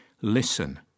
Listen